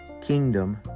kingdom